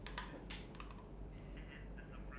ya lah ya lah you don't know what to expect lah